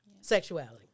sexuality